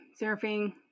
Surfing